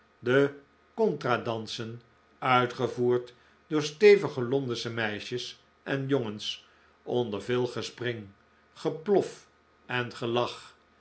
de contra dansen uitgevoerd door stevige londensche meisjes en jongens onder veel gespring geplof en gelach